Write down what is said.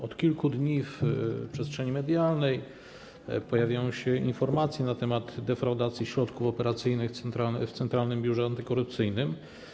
Od kilku dni w przestrzeni medialnej pojawiają się informacje na temat defraudacji środków operacyjnych w Centralnym Biurze Antykorupcyjnym.